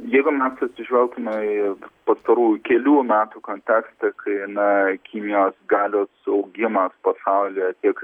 jeigu mes atsižvelgtume į pastarųjų kelių metų kontekste kai na kinijos galios augimą pasaulyje tiek